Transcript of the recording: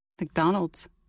McDonald's